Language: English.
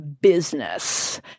business